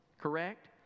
correct